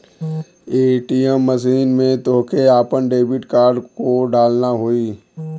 ATM machine में तोहके आपन डेबिट कार्ड को डालना होई